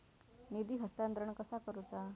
निधी हस्तांतरण कसा करुचा?